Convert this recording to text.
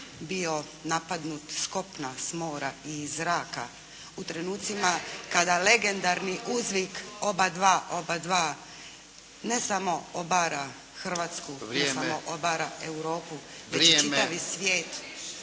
bio napadnut s kopna, s mora i iz zraka. U trenucima kada legendarni uzvik: "Oba dva, oba dva", ne samo obara Hrvatsku, ne samo obara Europu… …/Upadica: Vrijeme!